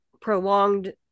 prolonged